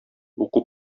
уку